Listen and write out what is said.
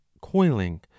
coiling